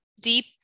deep